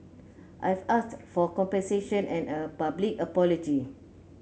I've asked for compensation and a public apology